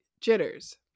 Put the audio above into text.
jitters